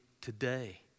today